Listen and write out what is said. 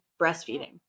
breastfeeding